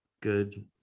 Good